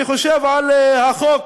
אני חושב על החוק